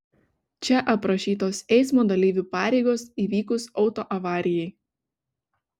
čia aprašytos eismo dalyvių pareigos įvykus autoavarijai